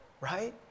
right